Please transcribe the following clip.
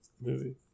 movie